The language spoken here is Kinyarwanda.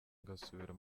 ngasubira